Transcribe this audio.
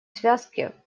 связке